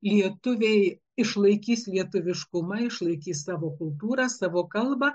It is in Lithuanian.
lietuviai išlaikys lietuviškumą išlaikys savo kultūrą savo kalbą